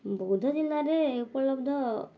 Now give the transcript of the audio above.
ବୌଦ୍ଧ ଜିଲ୍ଲାରେ ଏପର୍ଯ୍ୟନ୍ତ